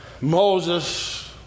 Moses